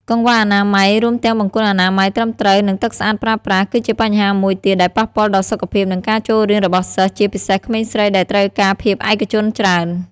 កង្វះអនាម័យ រួមទាំងបង្គន់អនាម័យត្រឹមត្រូវ និងទឹកស្អាតប្រើប្រាស់ គឺជាបញ្ហាមួយទៀតដែលប៉ះពាល់ដល់សុខភាព និងការចូលរៀនរបស់សិស្ស ជាពិសេសក្មេងស្រីដែលត្រូវការភាពឯកជនច្រើន។